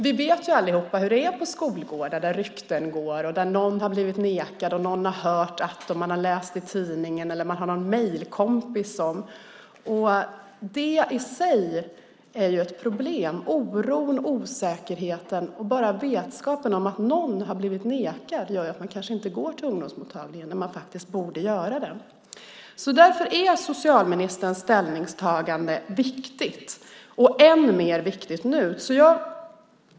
Vi vet allihop hur det är på skolgårdar där rykten går. Någon har blivit nekad, någon har hört något eller man har läst i tidningen eller har någon mejlkompis som sagt något. Det i sig är ett problem. Oron, osäkerheten och enbart vetskapen om att någon har blivit nekad gör att ungdomar faktiskt inte går till ungdomsmottagningen när de borde göra det. Därför är socialministerns ställningstagande viktigt, och det är än mer viktigt nu.